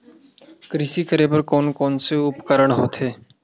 कृषि करेबर कोन कौन से उपकरण होथे?